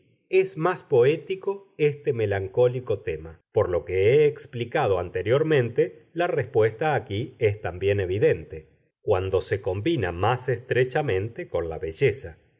es más poético este melancólico tema por lo que he explicado anteriormente la respuesta aquí es también evidente cuando se combina más estrechamente con la belleza